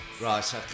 Right